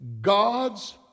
God's